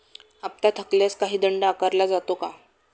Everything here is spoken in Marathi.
हप्ता थकल्यास काही दंड आकारला जातो का?